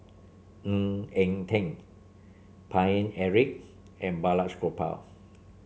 Ng Eng Teng Paine Eric and Balraj Gopal